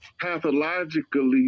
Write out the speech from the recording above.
pathologically